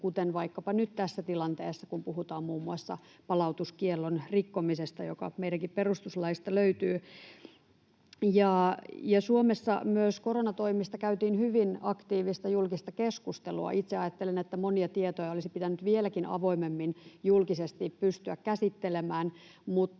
kuten vaikkapa nyt tässä tilanteessa, kun puhutaan muun muassa palautuskiellon rikkomisesta, joka meidänkin perustuslaista löytyy. Suomessa myös koronatoimista käytiin hyvin aktiivista julkista keskustelua. Itse ajattelen, että monia tietoja olisi pitänyt vieläkin avoimemmin julkisesti pystyä käsittelemään, mutta